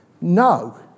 No